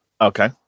Okay